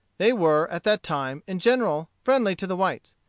they were, at that time, in general friendly to the whites.